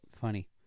Funny